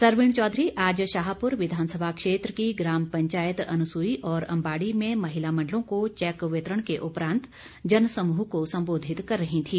सरवीण चौधरी आज शाहपुर विधानसभा क्षेत्र की ग्राम पंचायत अनसुई और अम्बाडी में महिला मण्डलों को चैक वितरण के उपरांत जनसमूह को सम्बोधित कर रही थीं